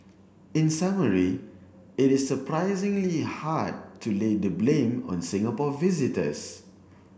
in summary it is surprisingly hard to lay the blame on Singapore visitors